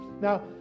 Now